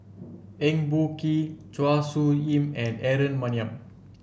Eng Boh Kee Chua Soo Khim and Aaron Maniam